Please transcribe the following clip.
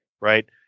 Right